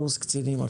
אחוז קטן מהחברה